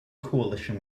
coalition